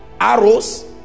Arrows